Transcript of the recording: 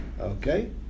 Okay